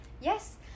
yes